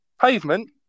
Pavement